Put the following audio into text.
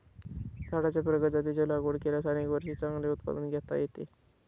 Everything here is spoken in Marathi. झाडांच्या प्रगत जातींची लागवड केल्यास अनेक वर्षे चांगले उत्पादन घेता येते